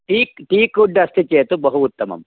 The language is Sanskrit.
टीक् टीक् उड् अस्ति चेत् बहु उत्तमम्